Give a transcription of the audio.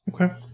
Okay